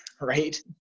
right